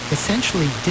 essentially